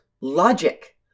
Logic